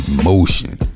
emotion